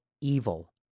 evil